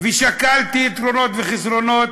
ושקלתי יתרונות וחסרונות,